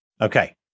okay